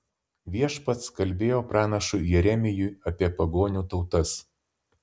viešpats kalbėjo pranašui jeremijui apie pagonių tautas